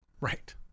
Right